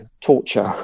torture